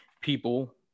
people